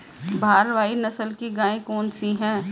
भारवाही नस्ल की गायें कौन सी हैं?